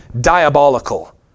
diabolical